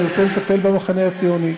אני רוצה לטפל במחנה הציוני.